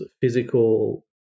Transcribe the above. physical